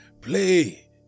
play